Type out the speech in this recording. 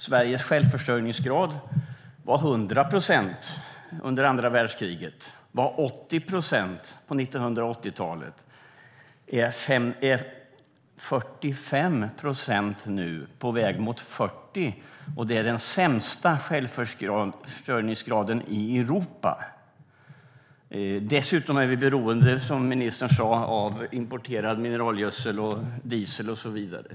Sveriges självförsörjningsgrad var 100 procent under andra världskriget, var 80 procent på 1980-talet, är 45 procent nu och är på väg mot 40 procent. Det är också den sämsta självförsörjningsgraden i Europa. Vi är dessutom, som ministern sa, beroende av importerad mineralgödsel, diesel och så vidare.